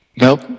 Nope